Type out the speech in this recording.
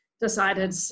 decided